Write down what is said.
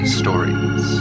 stories